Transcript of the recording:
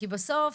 בסוף,